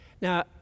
now